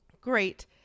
great